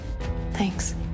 Thanks